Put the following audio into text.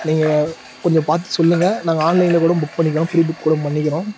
நீங்கள் கொஞ்சம் பார்த்து சொல்லுங்க நாங்கள் ஆன்லைனில் கூட புக் பண்ணிக்கிறோம் ஃப்ரீ புக் கூட பண்ணிக்கிறோம்